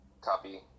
Copy